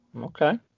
Okay